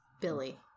Billy